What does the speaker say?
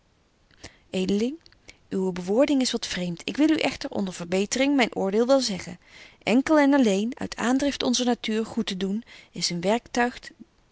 edeling uwe bewoording is wat vreemt ik wil u echter onder verbetering myn oordeel wel zeggen enkel en alléén uit aandrift onzer natuur goed te doen is een